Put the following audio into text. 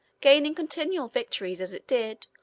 gaining continual victories, as it did,